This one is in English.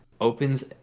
opens